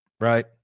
right